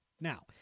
Now